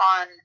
on